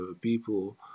people